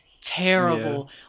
terrible